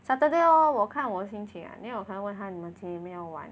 Saturday lor 我看我心情 ah 你要我可以问他你们几点要玩